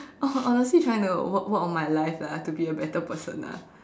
oh honestly trying to work work on my life lah to be a better person ah